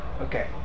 Okay